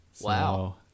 Wow